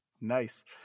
Nice